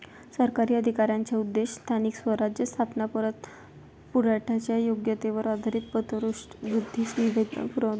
सरकारी अधिकाऱ्यांचा उद्देश स्थानिक स्वराज्य संस्थांना पतपुरवठ्याच्या योग्यतेवर आधारित पतवृद्धी सुविधा पुरवणे